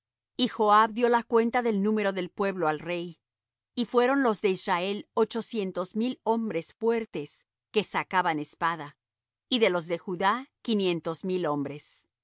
joab dió la cuenta del número del pueblo al rey y fueron los de israel ochocientos mil hombres fuertes que sacaban espada y de los de judá quinientos mil hombres y